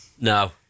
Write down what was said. No